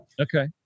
Okay